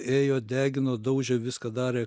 ėjo degino daužė viską darė